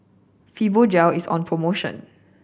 fibogel is on promotion